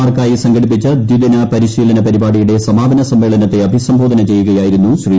മാർക്കായി സംഘടിപ്പിച്ച ദിദിന പരിശീലന പരിപാടിയുടെ സമാപന സമ്മേളനത്തെ അഭിസംബോധന ചെയ്യുകയായിരുന്നു ശ്രീ